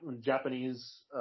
Japanese